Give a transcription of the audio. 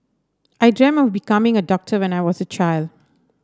I dreamt of becoming a doctor when I was a child